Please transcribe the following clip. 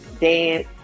dance